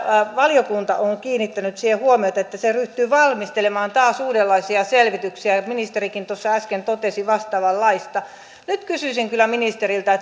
valiokunta on kiinnittänyt siihen huomiota ja se ryhtyy valmistelemaan taas uudenlaisia selvityksiä ja ministerikin tuossa äsken totesi vastaavanlaista ja nyt kysyisin kyllä ministeriltä